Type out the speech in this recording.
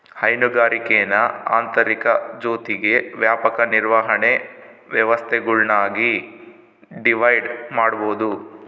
ಹೈನುಗಾರಿಕೇನ ಆಂತರಿಕ ಜೊತಿಗೆ ವ್ಯಾಪಕ ನಿರ್ವಹಣೆ ವ್ಯವಸ್ಥೆಗುಳ್ನಾಗಿ ಡಿವೈಡ್ ಮಾಡ್ಬೋದು